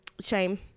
Shame